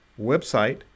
website